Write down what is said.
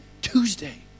Tuesday